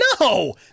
No